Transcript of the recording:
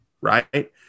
right